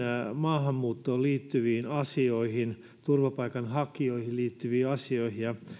maahanmuuttoon liittyviin asioihin turvapaikanhakijoihin liittyviin asioihin